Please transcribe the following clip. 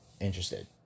interested